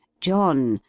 john,